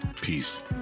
peace